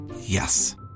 Yes